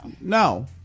No